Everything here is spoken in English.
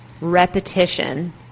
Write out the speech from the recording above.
repetition